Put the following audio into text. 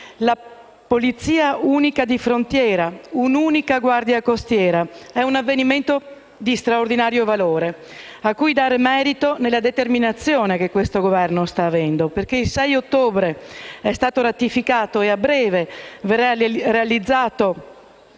La Polizia unica di frontiera, un'unica Guardia costiera, è un avvenimento di straordinario valore, cui dare merito nella determinazione che questo Governo sta avendo. Il 6 ottobre, infatti, è stato ratificato, e nelle prossime